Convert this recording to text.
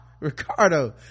ricardo